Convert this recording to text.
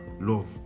love